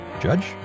Judge